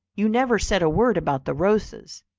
you never said a word about the rosas,